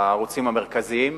בערוצים המרכזיים,